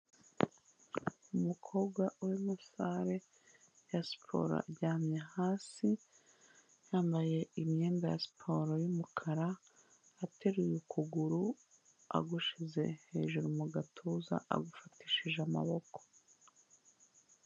Umukobwa uri muri sale ya siporo aryamye hasi, yambaye imyenda ya siporo y'umukara ateruye ukuguru agushyize hejuru mu gatuza, agufatishije amaboko.